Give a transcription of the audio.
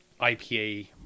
IPA